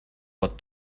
but